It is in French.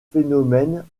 phonèmes